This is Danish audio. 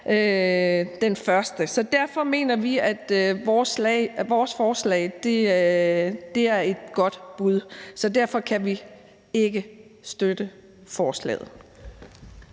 januar. Så derfor mener vi, at vores forslag er et godt bud, og derfor kan vi ikke støtte forslaget.